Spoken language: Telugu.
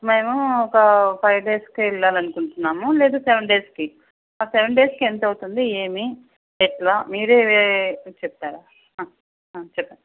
మేము ఒక ఫైవ్ డేస్కి వెళ్లాలనుకుంటున్నాం లేదా సెవెన్ డేస్కి సెవెన్ డేస్కి ఎంతవుతుంది ఏమి ఎట్లా మీరే చెప్తారా చెప్పాలా